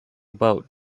boat